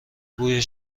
بوی